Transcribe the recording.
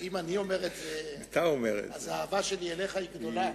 אם אני אומר את זה, אז האהבה שלי אליך היא גדולה.